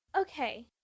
Okay